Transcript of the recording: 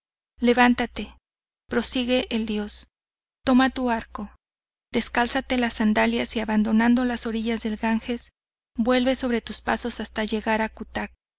levántate prosigue el dios toma tu arco descálzate las sandalias y abandonando las orillas del ganges vuelve sobre tus pasos hasta llegar a cutac